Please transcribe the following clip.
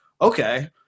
okay